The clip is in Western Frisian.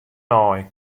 nei